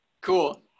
Cool